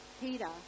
Peter